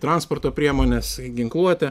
transporto priemones ginkluotę